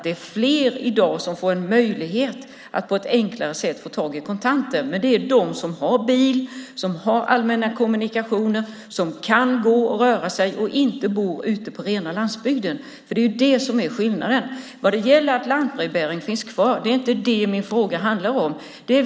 Det är fler i dag som har möjlighet att på ett enklare sätt få tag i kontanter, men det rör sig om dem som har bil, tillgång till allmänna kommunikationer, kan gå och röra sig och inte bor ute på rena landsbygden. Det är det som är skillnaden. Vad gäller att lantbrevbäringen finns kvar handlar min fråga inte om det.